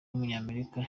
w’umunyamerika